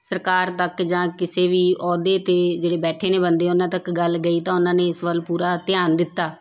ਸਰਕਾਰ ਤੱਕ ਜਾਂ ਕਿਸੇ ਵੀ ਅਹੁਦੇ 'ਤੇ ਜਿਹੜੇ ਬੈਠੇ ਨੇ ਬੰਦੇ ਉਹਨਾਂ ਤੱਕ ਗੱਲ ਗਈ ਤਾਂ ਉਹਨਾਂ ਨੇ ਇਸ ਵੱਲ ਪੂਰਾ ਧਿਆਨ ਦਿੱਤਾ